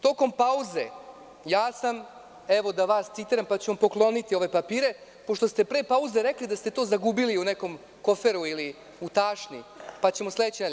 Tokom pauze ja sam, evo da vas citiram, ja ću vam pokloniti ove papire, pošto ste pre pauze rekli – da ste to zagubili u nekom koferu ili u tašni, pa ćemo sledeće nedelje.